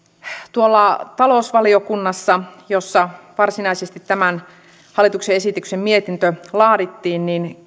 talousvaliokunnassa jossa varsinaisesti tämän hallituksen esityksen mietintö laadittiin